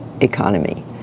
economy